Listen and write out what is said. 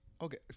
okay